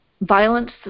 violence